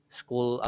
school